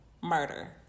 murder